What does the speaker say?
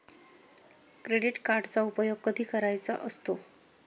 Credit कार्डचा उपयोग कधी करायचा असतो?